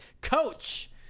Coach